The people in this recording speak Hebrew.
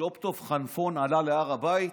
ג'וב טוב חנפון עלה להר הבית?